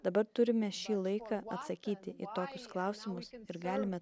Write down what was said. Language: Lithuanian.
dabar turime šį laiką atsakyti į tokius klausimus ir galime